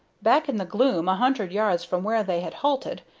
back in the gloom, a hundred yards from where they had halted,